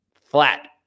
flat